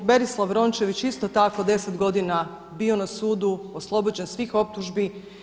Berislav Rončević isto tako 10 godina bio na sudu, oslobođen svih optužbi.